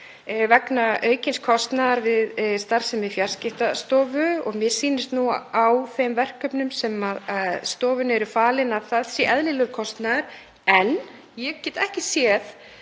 vegna aukins kostnaðar við starfsemi Fjarskiptastofu og mér sýnist nú, á þeim verkefnum sem stofunni eru falin, að það sé eðlilegur kostnaður. En ég get ekki séð